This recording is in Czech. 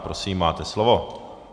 Prosím, máte slovo.